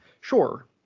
Sure